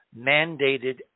mandated